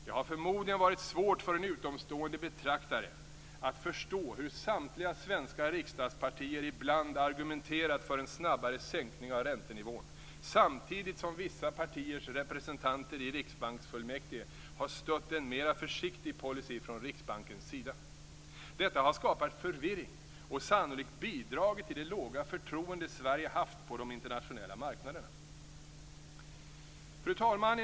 Det har förmodligen varit svårt för en utomstående betraktare att förstå hur samtliga svenska riksdagspartier ibland argumenterat för en snabbare sänkning av räntenivån samtidigt som vissa partiers representanter i riksbanksfullmäktige har stött en mera försiktig policy från Riksbankens sida. Detta har skapat förvirring och sannolikt bidragit till det låga förtroende Sverige haft på de internationella marknaderna. Fru talman!